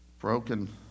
broken